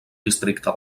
districte